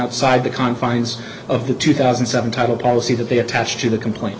outside the confines of the two thousand and seven title policy that they attached to the complaint